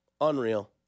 Unreal